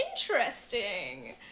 interesting